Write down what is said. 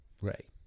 Ray